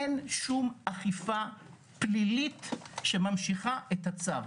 אין שום אכיפה פלילית שממשיכה את הצו.